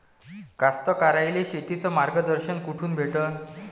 कास्तकाराइले शेतीचं मार्गदर्शन कुठून भेटन?